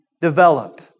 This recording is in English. develop